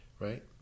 right